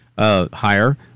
Higher